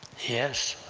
yes,